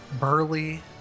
burly